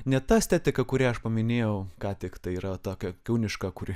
ne ta estetika kurią aš paminėjau ką tiktai yra tokia kūniška kuri